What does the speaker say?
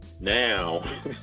now